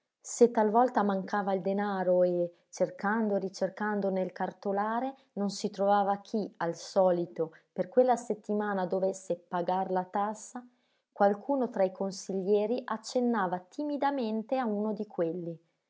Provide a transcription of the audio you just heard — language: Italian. se talvolta mancava il danaro e cercando e ricercando nel cartolare non si trovava chi al solito per quella settimana dovesse pagar la tassa qualcuno tra i consiglieri accennava timidamente a uno di quelli